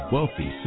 Wealthy